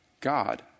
God